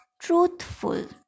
truthful